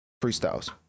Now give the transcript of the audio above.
freestyles